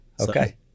Okay